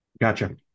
Gotcha